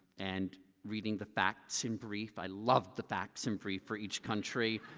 and reading the facts in brief. i loved the facts in brief for each country.